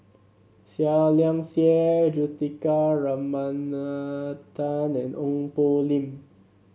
Seah Liang Seah Juthika Ramanathan and Ong Poh Lim